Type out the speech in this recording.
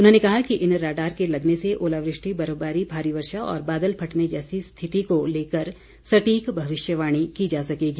उन्होंने कहा कि इन राडॉर के लगने से ओलावृष्टि बर्फबारी भारी वर्षा और बादल फटने जैसी स्थिति को लेकर सटीक भविष्यवाणी की जा सकेगी